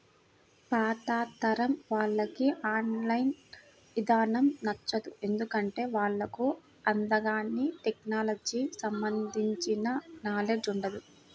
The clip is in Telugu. పాతతరం వాళ్లకి ఆన్ లైన్ ఇదానం నచ్చదు, ఎందుకంటే వాళ్లకు అంతగాని టెక్నలజీకి సంబంధించిన నాలెడ్జ్ ఉండదు